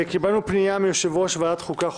קיבלנו פנייה מיושב-ראש ועדת חוקה,